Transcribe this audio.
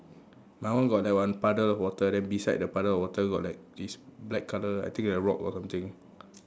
my one got that one puddle of water then beside that puddle of water got like this black colour I think like rock or something